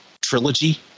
trilogy